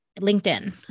LinkedIn